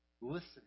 listening